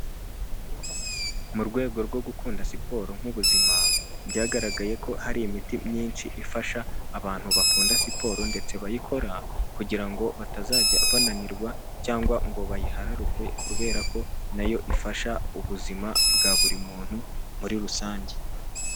Mu rwego rwo gukunda siporo nk'ubuzima, byagaragaye ko hari imiti myinshi ifasha abantu bakunda siporo ndetse bayikora kugira ngo batazajya bananirwa cyangwa ngo bayihararukwe kubera ko nayo ifasha ubuzima bwa buri muntu muri rusange.